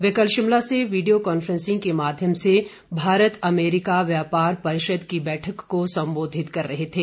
वे कल शिमला से video conferencing के माध्यम से भारत अमेरीका व्यापार परिषद की बैठक को संबोधित कर रहे थे